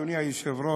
אדוני היושב-ראש,